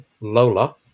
Lola